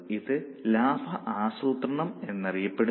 ഇത് ലാഭ ആസൂത്രണം എന്ന് അറിയപ്പെടുന്നു